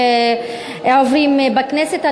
שעוברים בכנסת.